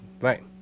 Right